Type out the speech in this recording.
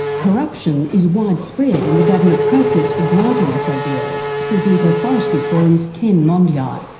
corruption is widespread in the government process for granting sabls, says the eco-forestry forum's kenn mondiai.